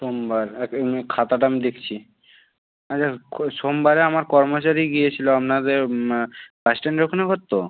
সোমবার খাতাটা আমি দেখছি আচ্ছা সোমবারে আমার কর্মচারীই গিয়েছিল আপনাদের বাস স্ট্যান্ডের ওখানে ঘর তো